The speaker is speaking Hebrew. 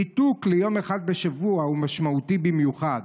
ניתוק ליום אחד בשבוע הוא משמעותי במיוחד.